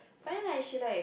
but then like she like